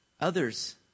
Others